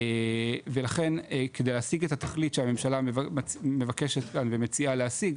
ולכן כדי להשיג את התכלית שהממשלה מבקשת כאן ומציעה להשיג,